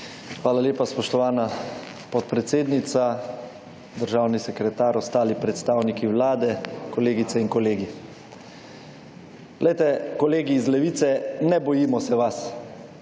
Hvala lepa, spoštovana podpredsednica. Državni sekretar, ostali predstavniki Vlade, kolegice in kolegi! Glejte, kolegi iz Levice, ne bojimo se vas,